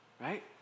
right